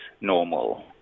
normal